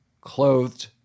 clothed